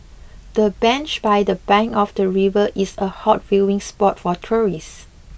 the bench by the bank of the river is a hot viewing spot for tourists